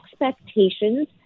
expectations